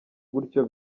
gutyo